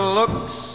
looks